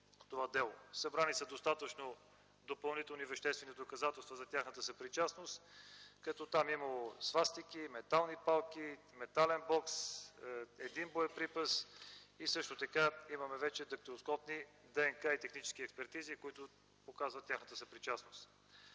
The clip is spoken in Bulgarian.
Събрани са достатъчно допълнителни веществени доказателства за тяхната съпричастност. Там е имало свастики, метални палки, метален бокс, един боеприпас. Имаме също така вече дактилоскопични, ДНК и технически експертизи, които показват тяхната съпричастност.